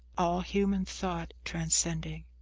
all human thought transcending.